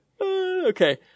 Okay